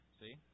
See